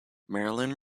marilyn